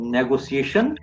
Negotiation